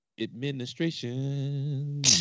Administration